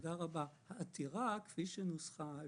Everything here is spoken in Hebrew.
כפי שנוסחה העתירה,